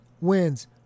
wins